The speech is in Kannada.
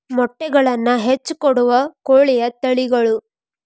ಮೊಟ್ಟೆಗಳನ್ನ ಹೆಚ್ಚ ಕೊಡುವ ಕೋಳಿಯ ತಳಿಗಳು